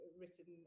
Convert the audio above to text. written